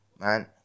man